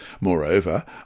Moreover